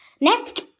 Next